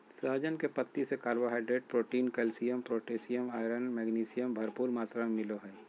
सहजन के पत्ती से carbohydrate, protein, calcium, potassium, iron, magnesium, भरपूर मात्रा में मिलो हइ